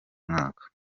mwaka